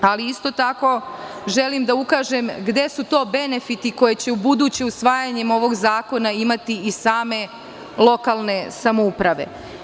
Isto tako, želim da ukažem gde su to benefiti koji će ubuduće, usvajanjem ovog zakona, imati same lokalne samouprave.